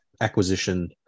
acquisition